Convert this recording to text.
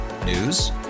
News